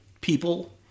people